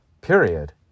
period